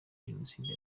jenoside